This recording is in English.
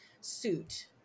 suit